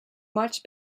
much